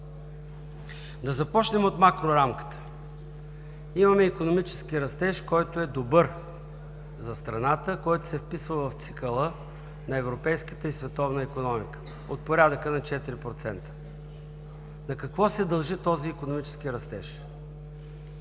Да започнем от макрорамката. Имаме икономически растеж, който е добър за страната, който се вписва в цикъла на европейската и световна икономика от порядъка на 4%. На какво се дължи този икономически растеж